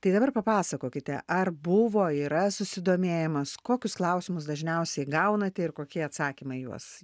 tai dabar papasakokite ar buvo yra susidomėjimas kokius klausimus dažniausiai gaunate ir kokie atsakymai į juos